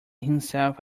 himself